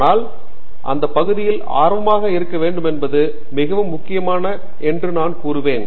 ஆனால் அந்த பகுதியில் ஆர்வமாக இருக்க வேண்டுமென்பது மிகவும் முக்கியம் என்று நான் கூறுவேன்